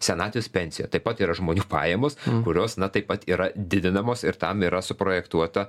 senatvės pensija taip pat yra žmonių pajamos kurios na taip pat yra didinamos ir tam yra suprojektuota